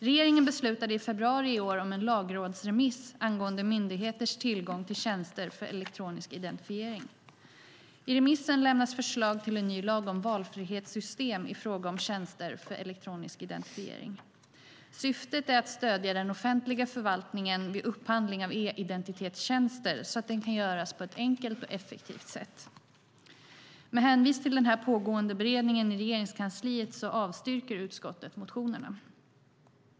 Regeringen beslutade i februari i år om en lagrådsremiss angående myndigheters tillgång till tjänster för elektronisk identifiering. I remissen lämnas förslag till en ny lag om valfrihetssystem i fråga om tjänster för elektronisk identifiering. Syftet är att stödja den offentliga förvaltningen vid upphandling av e-identitetstjänster så att den kan göras på ett enkelt och effektivt sätt. Med hänvisning till den pågående beredningen i Regeringskansliet avstyrker utskottet motionerna.